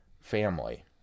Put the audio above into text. family